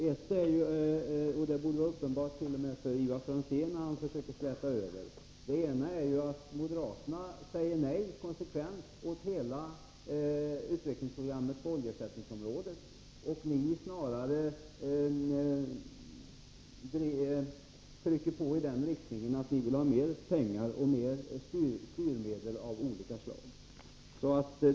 Ett är — och det borde vara uppenbart t.o.m. för Ivar Franzén när han försöker släta över — att moderaterna konsekvent säger nej till hela utvecklingsprogrammet på oljeersättningsområdet, medan ni snarare trycker på i den riktningen att ni vill ha mer pengar och mer styrmedel av olika slag.